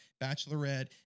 bachelorette